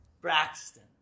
Braxton